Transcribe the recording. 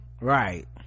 Right